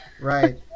Right